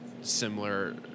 similar